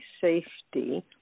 safety